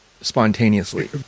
spontaneously